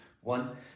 one